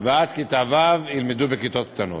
ועד כיתה ו' ילמדו בכיתות קטנות.